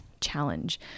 challenge